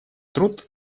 труд